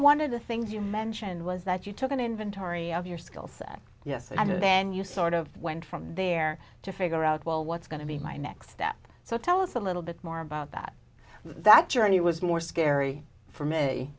one of the things you mentioned was that you took an inventory of your skill set yes i did then you sort of went from there to figure out well what's going to be my next step so tell us a little bit more about that that journey was more scary for me